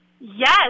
Yes